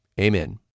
Amen